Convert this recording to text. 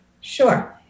sure